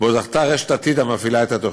שבו זכתה רשת עתיד, והיא המפעילה את התוכנית.